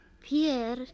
Pierre